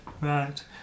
right